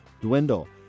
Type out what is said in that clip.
dwindle